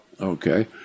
Okay